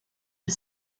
the